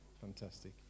fantastic